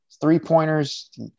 Three-pointers